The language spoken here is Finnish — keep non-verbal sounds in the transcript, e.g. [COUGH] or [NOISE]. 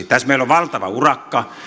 [UNINTELLIGIBLE] tässä meillä on valtava urakka